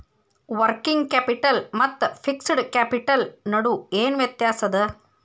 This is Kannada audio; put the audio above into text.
ವರ್ಕಿಂಗ್ ಕ್ಯಾಪಿಟಲ್ ಮತ್ತ ಫಿಕ್ಸ್ಡ್ ಕ್ಯಾಪಿಟಲ್ ನಡು ಏನ್ ವ್ಯತ್ತ್ಯಾಸದ?